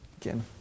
again